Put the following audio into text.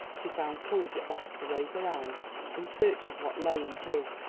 she found courage at last to raise her eyes in search of what lay in his.